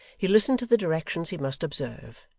he listened to the directions he must observe,